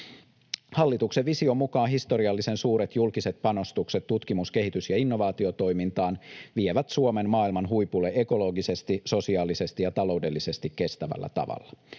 Hallituksen vision mukaan historiallisen suuret julkiset panostukset tutkimus-, kehitys- ja innovaatiotoimintaan vievät Suomen maailman huipulle ekologisesti, sosiaalisesti ja taloudellisesti kestävällä tavalla.